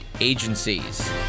agencies